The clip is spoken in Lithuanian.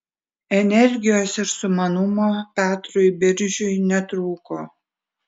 energijos ir sumanumo petrui biržiui netrūko